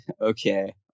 Okay